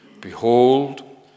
Behold